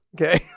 Okay